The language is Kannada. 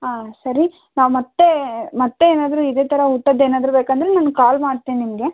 ಆಂ ಸರಿ ನಾವು ಮತ್ತೆ ಮತ್ತೆ ಏನಾದ್ರೂ ಇದೇ ಥರ ಊಟದ್ದೇನಾದ್ರೂ ಬೇಕಂದರೆ ನಾನು ಕಾಲ್ ಮಾಡ್ತೀನಿ ನಿಮಗೆ